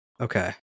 Okay